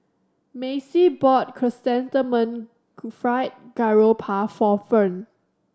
Macy bought Chrysanthemum Fried Garoupa for Ferne